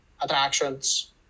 attractions